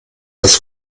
das